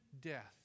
death